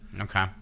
Okay